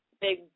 big